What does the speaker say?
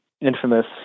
infamous